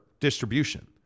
distribution